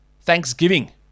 Thanksgiving